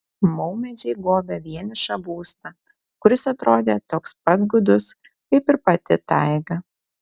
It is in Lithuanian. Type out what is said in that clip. maumedžiai gobė vienišą būstą kuris atrodė toks pat gūdus kaip ir pati taiga